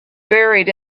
buried